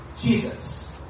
Jesus